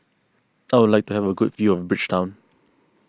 I would like to have a good view of Bridgetown